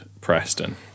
Preston